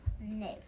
No